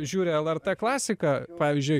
žiūri lrt klasiką pavyzdžiui